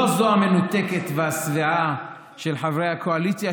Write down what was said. לא זו המנותקת והשבעה של חברי הקואליציה,